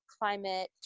climate